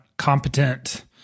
Competent